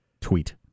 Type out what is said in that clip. tweet